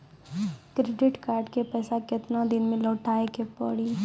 Credit card के पैसा केतना दिन मे लौटाए के पड़ी?